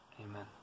Amen